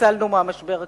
ניצלנו מהמשבר הכלכלי.